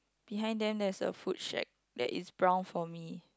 behind them there's a food shack that is brown for me